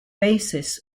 basis